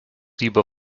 lieber